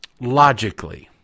logically